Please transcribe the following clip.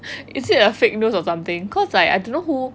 is it a fake news or something